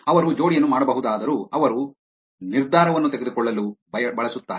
ಅವರು ಜೋಡಿಯನ್ನು ಮಾಡಬಹುದಾದರೂ ಅವರು ನಿರ್ಧಾರವನ್ನು ತೆಗೆದುಕೊಳ್ಳಲು ಬಳಸುತ್ತಾರೆ